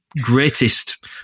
greatest